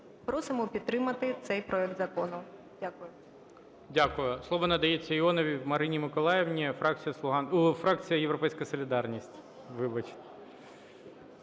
Просимо підтримати цей проект закону. Дякую.